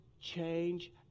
change